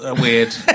weird